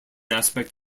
aspect